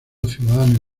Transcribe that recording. ciudadano